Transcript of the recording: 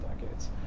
decades